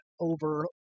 over